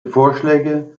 vorschläge